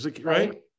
right